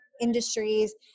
industries